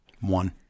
One